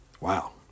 Wow